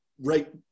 right